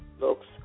looks